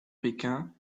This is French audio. pékin